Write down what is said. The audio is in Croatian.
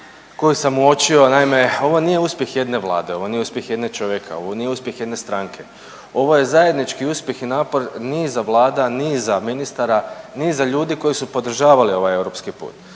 koju sam uočio, naime, ovo nije uspjeh jedne vlade, ovo nije uspjeh jedne čovjeka, ovo nije uspjeh jedne stranke. Ovo je zajednički uspjeh i napor niza vlada, niza ministara, niza ljudi koji su podržavali ovaj europski put.